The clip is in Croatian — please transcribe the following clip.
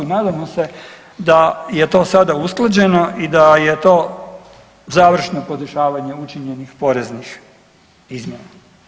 Nadamo se da je to sada usklađeno i da je to završno podešavanje učinjenih poreznih izmjena.